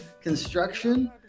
Construction